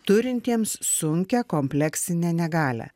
turintiems sunkią kompleksinę negalią